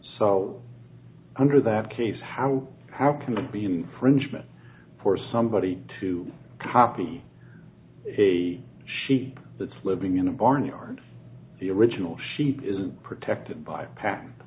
so under that case how how can it be infringement for somebody to copy a sheep that's living in a barnyard the original sheep is protected by a pat